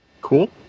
Cool